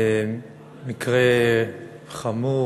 מקרה חמור,